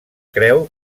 creu